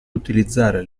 utilizzare